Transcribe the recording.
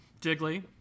Jiggly